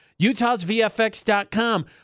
UtahsVFX.com